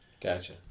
Gotcha